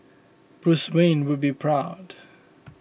Bruce Wayne would be proud